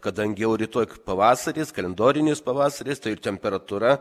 kadangi jau rytoj pavasaris kalendorinis pavasaris tai temperatūra